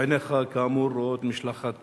עיניך, כאמור, רואות משלחת